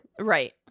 Right